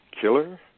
killer